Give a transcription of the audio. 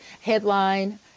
headline